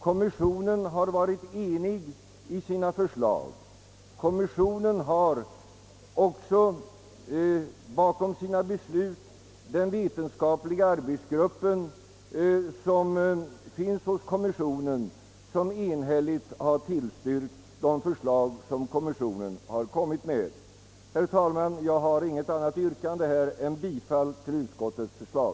Kommissionen har varit enig i sina förslag, och bakom sig har kommissionen en vetenskaplig arbetsgrupp som likaledes enhälligt tillstyrkt förslagen. Herr talman! Jag har intet annat yrkande än om bifall till utskottets förslag.